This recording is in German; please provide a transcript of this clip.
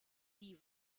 die